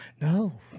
no